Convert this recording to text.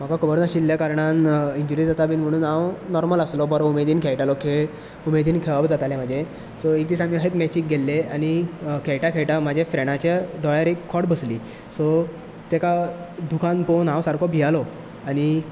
आशिल्ल्या कारणान इंजरी जातात बी म्हणून हांव बरो आसलों बरो उमेदीन खेळटालो खेळ उमेदीन खेळप जातालें म्हजें सो एक दीस आमी अशेच मॅचीक गेल्ले आनी खेळटा खेळटा म्हज्या फ्रेंडाच्या दोळ्यार एक खोंट बसली सो ताका दुखान पळोवन हांव सामको भियेलो